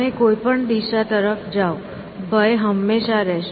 તમે કોઈ પણ દિશા તરફ જાઓ ભય હંમેશા રહેશે